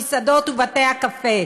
המסעדות ובתי-הקפה,